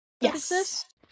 Yes